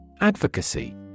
Advocacy